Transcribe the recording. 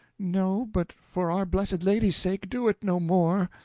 no but for our blessed lady's sake, do it no more.